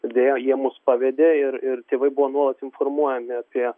deja jie mus pavedė ir ir tėvai buvo nuolat informuojami apie